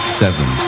seven